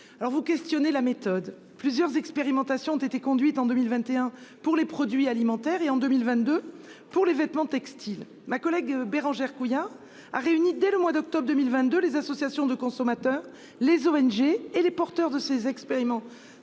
Vous questionnez la méthode. Plusieurs expérimentations ont été conduites en 2021 sur les produits alimentaires et en 2022 sur le textile. Ma collègue Bérangère Couillard a réuni dès le mois d'octobre 2022 les associations de consommateurs, les ONG et les porteurs de ces expérimentations